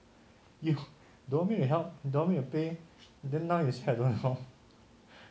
you don't want me to help you don't want me to pay then now you say I don't know